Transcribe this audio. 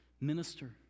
Minister